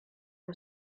who